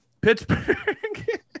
Pittsburgh